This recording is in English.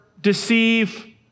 deceive